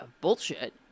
bullshit